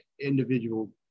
individual